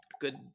Good